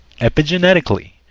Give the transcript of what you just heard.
epigenetically